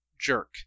jerk